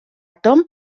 tom